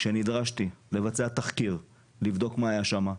כשנדרשתי לבצע תחקיר ולבדוק מה היה שם,